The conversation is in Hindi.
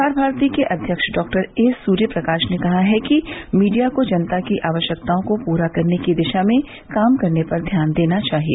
प्रसार भारती के अध्यक्ष डॉक्टर ए सुर्यप्रकाश ने कहा है कि मीडिया को जनता की आवश्यकताओं को पूरा करने की दिशा में काम करने पर ध्यान देना चाहिए